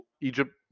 Egypt